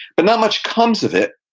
but not much comes of it,